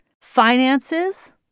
finances